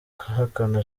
bahakana